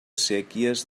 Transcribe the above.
séquies